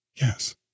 yes